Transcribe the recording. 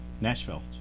Nashville